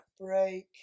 break